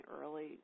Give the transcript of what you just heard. early